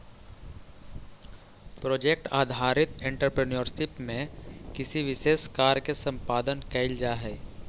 project आधारित entrepreneurship में किसी विशेष कार्य के संपादन कईल जाऽ हई